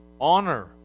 honor